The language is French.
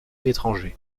étrangers